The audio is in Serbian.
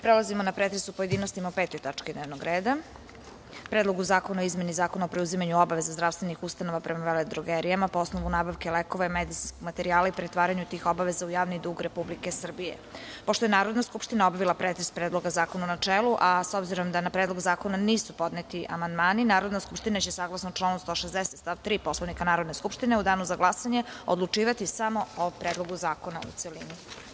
Prelazimo na pretres u pojedinostima po 5. tački dnevnog reda – PREDLOG ZAKONA O IZMENI ZAKONA O PREUZIMANjU OBAVEZA ZDRAVSTVENIH USTANOVA PREMA VELEDROGERIJAMA PO OSNOVU NABAVKE LEKOVA I MEDICINSKOG MATERIJALA I PRETVARANjU TIH OBAVEZA U JAVNI DUG REPUBLIKE SRBIJE Pošto je Narodna skupština obavila pretres Predloga zakona u načelu, a s obzirom da na Predlog zakona nisu podneti amandmani, Narodna skupština će, saglasno članu 160. stav 3. Poslovnika Narodne skupštine, u Danu za glasanje odlučivati samo o Predlogu zakona u celini.